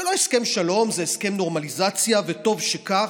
זה לא הסכם שלום, זה הסכם נורמליזציה, וטוב שכך,